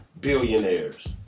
billionaires